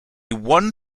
one